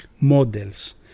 models